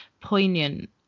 poignant